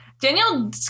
Daniel